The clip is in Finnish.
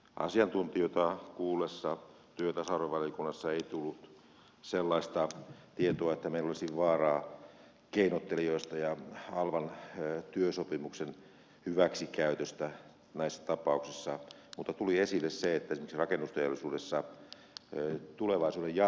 asiantuntijoita kuullessa työ ja tasa arvovaliokunnassa ei tullut sellaista tietoa että meillä olisi vaaraa keinottelijoista ja halvan työsopimuksen hyväksikäytöstä näissä tapauksissa mutta tuli esille se että esimerkiksi rakennusteollisuudessa tulevaisuuden ja